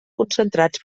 concentrats